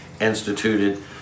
instituted